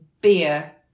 beer